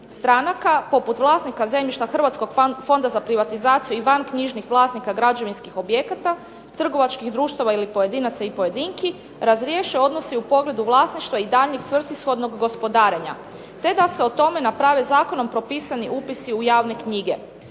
stranaka, poput vlasnika zemljišta Hrvatskog fonda za privatizaciju i vanknjižnih vlasnika građevinskih objekata, trgovačkih društava ili pojedinaca i pojedinki, razriješe odnosi u pogledu vlasništva i daljnjeg svrsishodnog gospodarenja te da se o tome naprave zakonom propisani upisi u javne knjige.